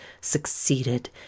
succeeded